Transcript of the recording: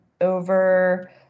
over